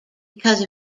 because